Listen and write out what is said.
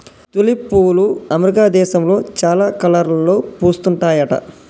tulip పువ్వులు America దేశంలో చాలా కలర్లలో పూస్తుంటాయట